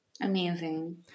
Amazing